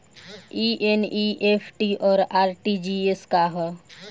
ई एन.ई.एफ.टी और आर.टी.जी.एस का ह?